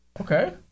Okay